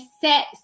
set